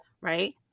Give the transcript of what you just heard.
right